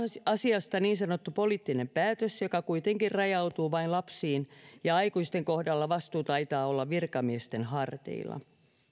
asiasta niin sanottu poliittinen päätös joka kuitenkin rajautuu vain lapsiin ja aikuisten kohdalla vastuu taitaa olla virkamiesten harteilla